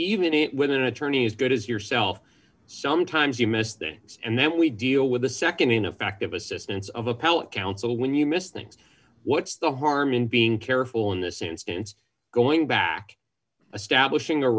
with an attorney as good as yourself sometimes you miss things and then we deal with the nd ineffective assistance of appellate counsel when you miss things what's the harm in being careful in this instance going back a step wishing a